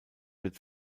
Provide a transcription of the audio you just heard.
wird